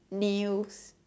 nails